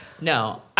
No